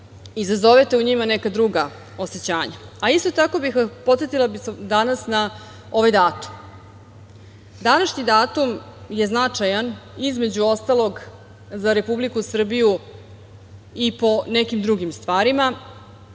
izazovete u njima neka druga osećanja. Isto tako, podsetila bih vas danas na ovaj datum. Današnji datum je značajan, između ostalog, za Republiku Srbiju i po nekim drugim stvarima,